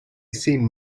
seen